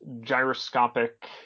gyroscopic